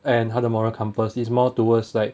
and 他的 moral compass is more towards like